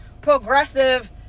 progressive